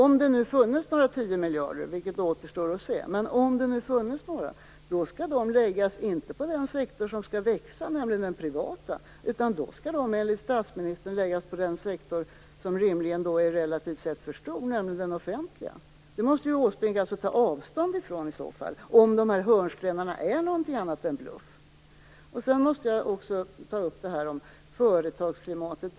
Om det nu finns några tio miljarder, vilket återstår att se, skall de inte läggas på den sektor som skall växa, nämligen den privata, utan enligt statsministern skall de läggas på den sektor som relativt sett är för stor, nämligen den offentliga. Det måste Erik Åsbrink ta avstånd ifrån om dessa hörnstenar är någonting annat än bluff. Sedan måste jag också ta upp detta med företagsklimatet.